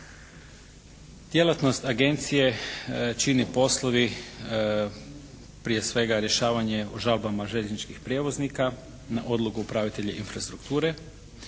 Djelatnost agencije čine poslovi prije svega rješavanje o žalbama željezničkih prijevoznika na odluku upravitelja infrastrukture